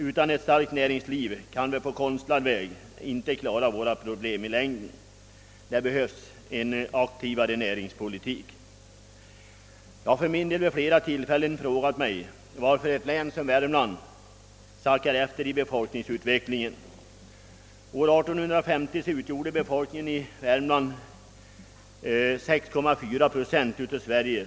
Utan ett starkt näringsliv kan vi på konstlad väg inte i längden klara våra problem. Det behövs en aktivare näringspolitik. Jag har för min del vid flera tillfällen frågat mig, varför ett län som Värmland sackar efter i befolkningsutvecklingen. År 1850 utgjorde länets befolkning 6,4 procent av Sveriges.